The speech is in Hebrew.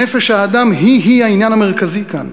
נפש האדם היא-היא העניין המרכזי כאן,